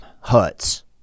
huts